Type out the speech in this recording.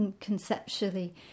conceptually